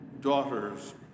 daughters